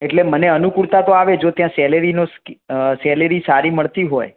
એટલે મને અનૂકુળતા તો આવે જો ત્યાં સેલેરીનો સ્કી અં સેલેરી સારી મળતી હોય